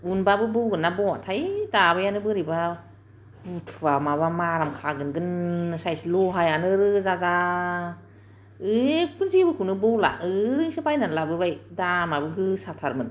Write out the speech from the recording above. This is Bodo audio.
उनबाबो बौगोनना बौआथाय दाबायानो बोरैबा बुथुवा माबा मारामखागोन गोन सायस लहायानो रोजा जा एखदम जेबोखौनो बौला ओरैनसो बायना लाबोबाय दामाबो गोसाथारमोन